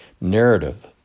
narrative